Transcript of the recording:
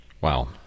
Wow